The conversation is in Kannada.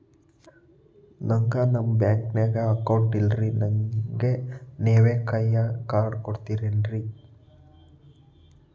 ನನ್ಗ ನಮ್ ಬ್ಯಾಂಕಿನ್ಯಾಗ ಅಕೌಂಟ್ ಇಲ್ರಿ, ನನ್ಗೆ ನೇವ್ ಕೈಯ ಕಾರ್ಡ್ ಕೊಡ್ತಿರೇನ್ರಿ?